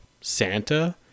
Santa